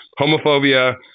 homophobia